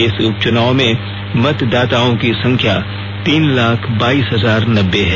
इस उपचुनाव में मतदाताओं की संख्या तीन लाख बाइस हजार नब्बे है